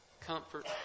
comfort